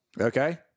Okay